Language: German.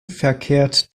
verkehrt